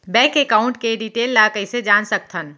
Bank account के detail ल कइसे जान सकथन?